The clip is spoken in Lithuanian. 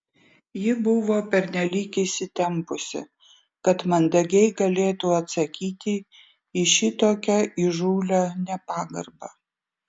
ji buvo pernelyg įsitempusi kad mandagiai galėtų atsakyti į šitokią įžūlią nepagarbą